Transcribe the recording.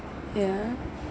yeah